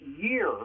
year